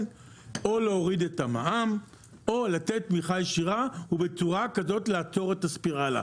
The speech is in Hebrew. או להוריד את המע"מ או לתת תמיכה ישירה ובצורה כזאת לעצור את הספירלה,